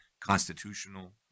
constitutional